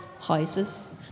houses